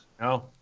No